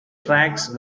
tracks